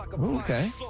Okay